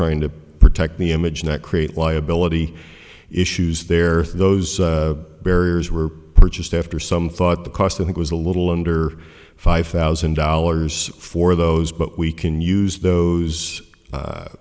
trying to protect the image not create liability issues there those barriers were purchased after some thought the cost i think was a little under five thousand dollars for those but we can use those